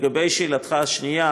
לגבי שאלתך השנייה,